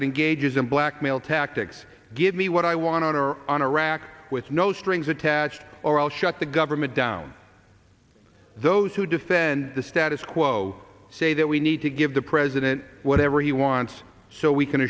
that engages in blackmail tactics give me what i want or on iraq with no strings attached or i'll shut the government down those who defend the status quo say that we need to give the president whatever he wants so we can